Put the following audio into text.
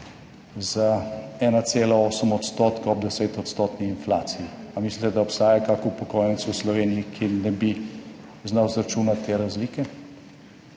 za 1,8 % ob 10 % inflaciji. A mislite, da obstaja kak upokojenec v Sloveniji, ki ne bi znal izračunati te razlike?